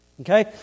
Okay